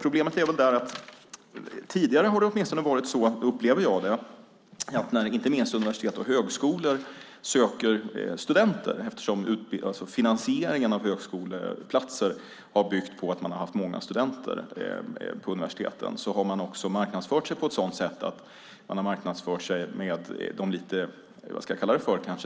Problemet är väl inte minst, upplever jag det som, att universitet och högskolor, eftersom finansieringen av högskoleplatser har byggt på att man har haft många studenter på universiteten, när de sökt studenter har marknadsfört sig med de lite